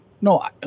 No